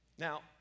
Now